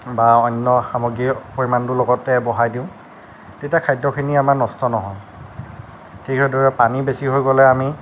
বা অন্য সামগ্ৰীৰ পৰিমাণটো লগতে বঢ়াই দিওঁ তেতিয়া খাদ্যখিনি আমাৰ নষ্ট নহয় ঠিক সেইদৰে পানী বেছি হৈ গ'লে আমি